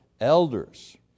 elders